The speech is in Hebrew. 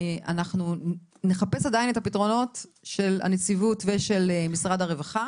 אנחנו נחפש עדיין את הפתרונות של הנציבות ושל משרד הרווחה